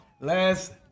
Last